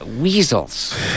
weasels